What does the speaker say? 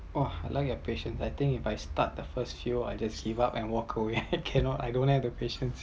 oh I like your patience I think if I start the first field I just give up and walk away cannot I don’t have the patience